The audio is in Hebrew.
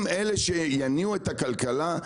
הם אלו שיניעו את הכלכלה?